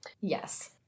Yes